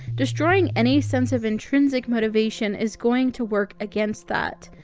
destroying any sense of intrinsic motivation is going to work against that.